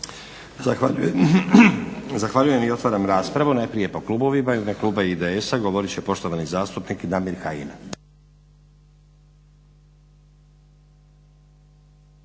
Zahvaljujem. I otvaram raspravu. Najprije po klubovima. U ime kluba IDS-a govorit će poštovani zastupnik Damir Kajin.